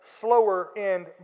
slower-end